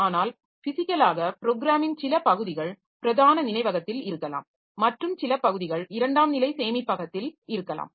ஆனால் பிஸிக்கலாக ப்ரோக்ராமின் சில பகுதிகள் பிரதான நினைவகத்தில் இருக்கலாம் மற்றும் சில பகுதிகள் இரண்டாம் நிலை சேமிப்பகத்தில் இருக்கலாம்